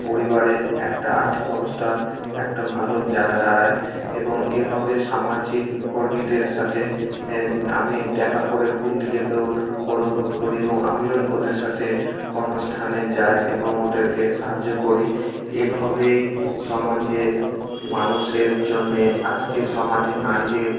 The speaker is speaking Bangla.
পরিবারে একটা আর্থিক অবস্থান একটা ভালো জ্যাগা দাঁড়ায় এবং এভাবে সামাজিক কর্মীদের সাতে এ আমি দেখা করে খুব নিজেকেও গর্ব বোধ করি এবং আমিও ওদের সাথে কর্মস্থানে যাই এবং ওদেরকে সাহায্য করি এভাবেই সমাজের মানুষের জন্যে আজকের সমাজে নারীদের